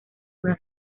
una